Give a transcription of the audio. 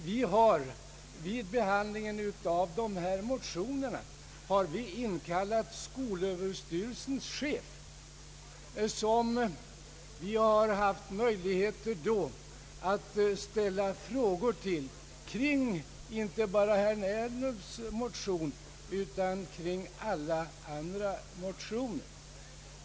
Vi har vid behandlingen av dessa motioner inkallat skolöverstyrelsens chef, och vi har då haft möjlighet att till honom ställa frågor kring inte bara herr Ernulfs motion utan även alla andra motioner.